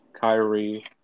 Kyrie